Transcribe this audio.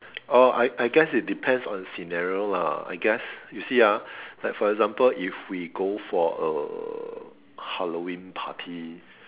or I I guess it depends on scenario lah I guess you see ah like for example if we go for a Halloween party